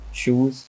shoes